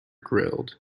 grilled